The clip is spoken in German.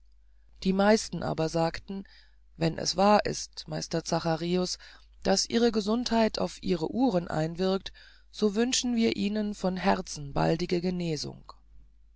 die meisten aber sagten wenn es wahr ist meister zacharius daß ihre gesundheit auf ihre uhren einwirkt so wünschen wir ihnen von herzen baldige genesung